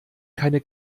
keine